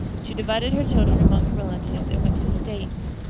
she divided her children among her relatives and went to the states.